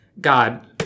God